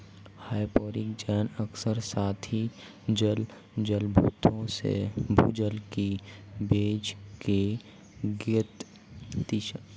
hyporheic zone अक्सर सतही जल जलभृतों से भूजल के बीच एक गतिशील इंटरफ़ेस बनाता है